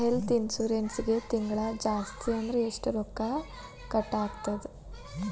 ಹೆಲ್ತ್ಇನ್ಸುರೆನ್ಸಿಗೆ ತಿಂಗ್ಳಾ ಜಾಸ್ತಿ ಅಂದ್ರ ಎಷ್ಟ್ ರೊಕ್ಕಾ ಕಟಾಗ್ತದ?